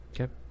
Okay